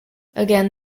again